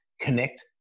connect